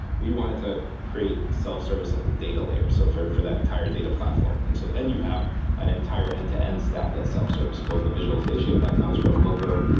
we wanted to create self-service of the data layer so for for that entire data platform. and so then you have an entire end-to-end stack that's self-service, both the visualization, and that comes from looker,